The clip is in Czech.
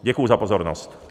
Děkuji za pozornost.